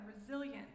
resilient